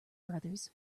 brothers